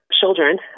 children